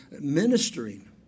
ministering